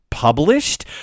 Published